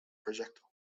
projectile